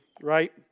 right